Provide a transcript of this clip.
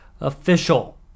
official